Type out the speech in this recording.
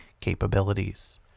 capabilities